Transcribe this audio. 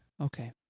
okay